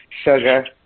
sugar